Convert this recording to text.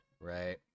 right